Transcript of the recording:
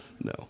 No